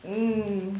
mm